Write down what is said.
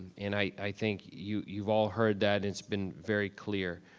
and i think you you've all heard that. it's been very clear.